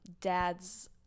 dad's